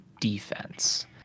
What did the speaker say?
defense